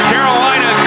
Carolina